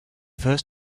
first